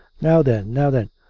now then now then.